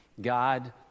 God